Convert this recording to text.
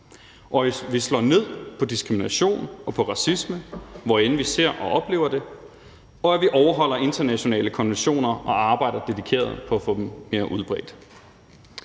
– at vi slår ned på diskrimination og på racisme, hvor end vi ser og oplever det; og at vi overholder internationale konventioner, og at vi arbejder dedikeret på at få dem mere udbredt.